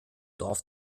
dorf